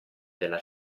della